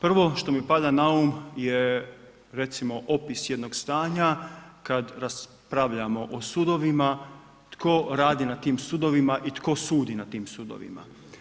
Prvo što mi pada na um je, recimo, opis jednog stanja kad raspravljamo o sudovima, tko radi na tim sudovima i tko sudi na tim sudovima.